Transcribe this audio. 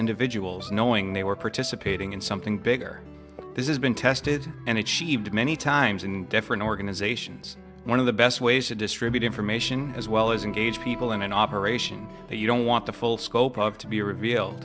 individuals knowing they were participating in something bigger this has been tested and achieved many times in different organizations one of the best ways to distribute information as well as engage people in an operation that you don't want the full scope of to be reveal